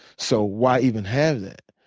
so why even have that?